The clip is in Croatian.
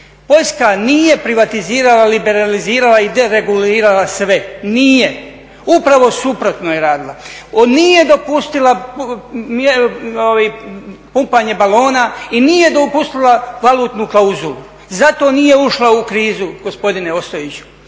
Poljska nije privatizirala, liberalizirala i deregulirala sve, nije. Upravo suprotno je radila. Ona nije dopustila pumpanje balona i nije dopustila valutnu klauzulu. Zato nije ušla u krizu gospodine Ostojiću.